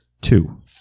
two